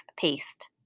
Paste